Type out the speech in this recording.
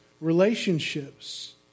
relationships